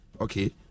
okay